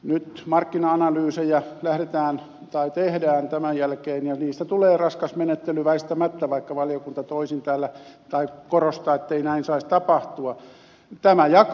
nyt markkina analyysejä tehdään tämän jälkeen ja niistä tulee raskas menettely väistämättä vaikka valiokunta täällä korostaa ettei näin saisi tapahtua